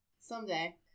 someday